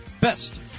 best